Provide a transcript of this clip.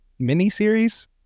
miniseries